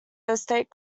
estate